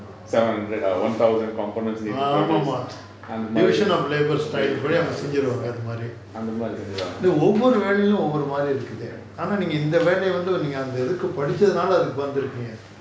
seven hundred ah one thousand components in to produce அந்த மாரி:antha maari அந்த மாரி செஞ்சிருவாங்க:antha maari senjiruvaangae